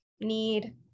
need